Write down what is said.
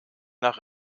nach